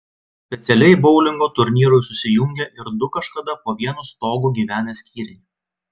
specialiai boulingo turnyrui susijungė ir du kažkada po vienu stogu gyvenę skyriai